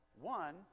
One